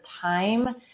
time